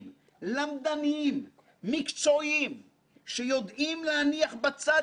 להתמקד במשימה ולשתף פעולה באופן מעורר הערכה.